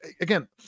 again